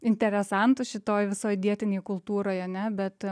interesantų šitoj visoj dietinėj kultūroj ane bet